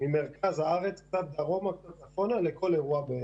ממרכז הארץ, קצת דרומה, קצת צפונה, לכל אירוע.